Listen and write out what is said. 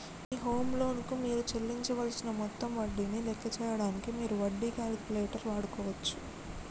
మీ home loan కు మీరు చెల్లించవలసిన మొత్తం వడ్డీని లెక్క చేయడానికి మీరు వడ్డీ క్యాలిక్యులేటర్ వాడుకోవచ్చు